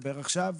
בבקשה.